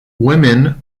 women